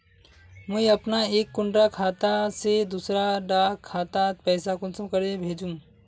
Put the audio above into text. मुई अपना एक कुंडा खाता से दूसरा डा खातात पैसा कुंसम करे भेजुम?